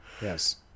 Yes